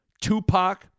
Tupac